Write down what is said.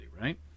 right